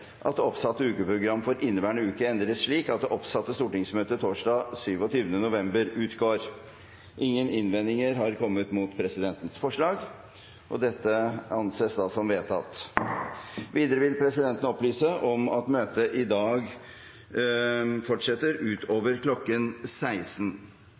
at det oppsatte ukeprogrammet for inneværende uke endres slik at det oppsatte stortingsmøtet torsdag 27. november utgår. – Ingen innvendinger har kommet mot presidentens forslag, og det anses da som vedtatt. Videre vil presidenten opplyse om at møtet i dag fortsetter